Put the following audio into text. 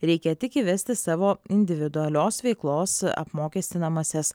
reikia tik įvesti savo individualios veiklos apmokestinamąsias